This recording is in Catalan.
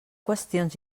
qüestions